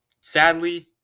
sadly